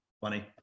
funny